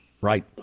Right